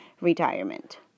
retirement